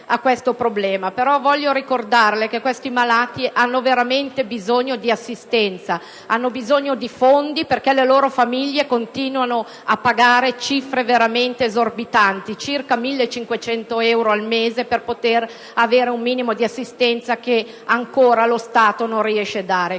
però ricordare che questi malati hanno veramente bisogno di assistenza e di fondi, perché le loro famiglie continuano a pagare cifre davvero esorbitanti (circa 1.500 euro al mese) per poter avere un minimo di assistenza che ancora lo Stato non riesce ad